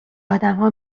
آدمها